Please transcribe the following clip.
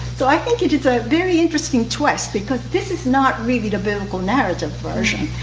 so i think it is a very interesting twist, because this is not really the biblical narrative version.